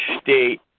state